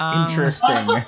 Interesting